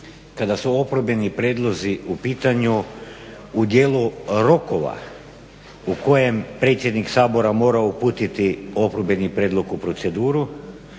kada su oporbeni prijedlozi u pitanju u dijelu rokova u kojem predsjednik Sabora mora uputiti oporbeni prijedlog u proceduru,